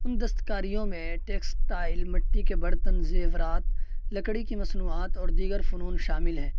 ان دست کاریوں میں ٹکسٹائل مٹی کے برتن زیورات لکڑی کی مصنوعات اور دیگر فنون شامل ہیں